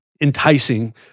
enticing